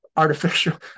artificial